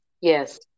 Yes